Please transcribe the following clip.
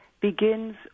begins